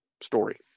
story